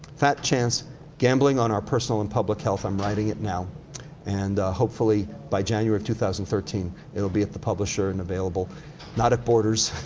fat chance gambling on our personal and public health. i'm writing it now and hopefully by january of two thousand and thirteen, it'll be at the publisher and available not at borders,